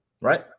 Right